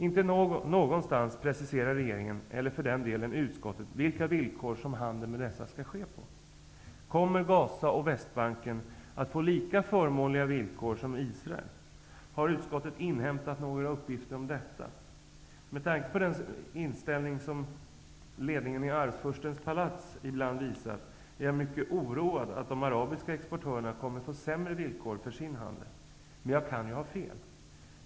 Inte någonstans preciserar regeringen -- eller för den delen utskottet -- vilka villkor som handeln med dessa skall ske på. Kommer Gaza och Västbanken att få lika förmånliga villkor som Israel? Har utskottet inhämtat några uppgifter om detta? Med tanke på den inställning som ledningen i Arvfurstens palats ibland visat är jag mycket oroad att de arabiska exportörerna kommer att få sämre villkor för sin handel. Men jag kan ju ha fel.